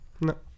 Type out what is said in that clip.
no